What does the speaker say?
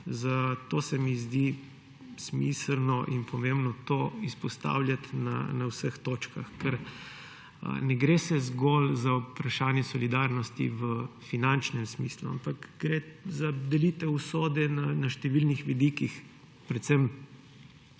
Zato se mi zdi smiselno in pomembno to izpostavljati na vseh točkah. Ker ne gre zgolj za vprašanje solidarnosti v finančnem smislu, ampak gre za delitev usode na številnih vidikih, predvsem